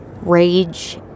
rage